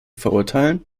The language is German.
verurteilen